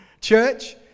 Church